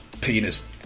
penis